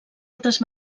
altres